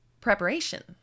preparation